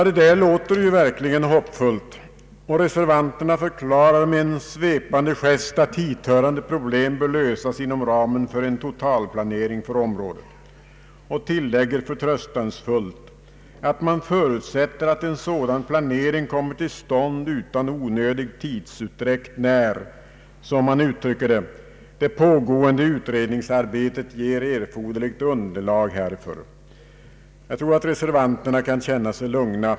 Detta låter verkligen hoppfullt, och reservanterna förklarar med en svepande gest att hithörande problem bör lösas inom ramen för en totalplanering för området. Man tillägger förtröstansfullt att man ”förutsätter att en sådan planering kommer till stånd utan onödig tidsutdräkt när det pågående utredningsarbetet ger erforderligt underlag härför”. Jag tror att reservanterna kan känna sig lugna.